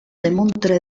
demontre